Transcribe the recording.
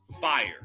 fire